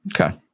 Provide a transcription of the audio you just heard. okay